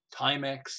timex